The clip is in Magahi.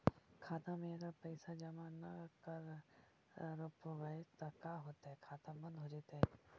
खाता मे अगर पैसा जमा न कर रोपबै त का होतै खाता बन्द हो जैतै?